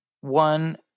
One